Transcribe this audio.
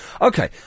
Okay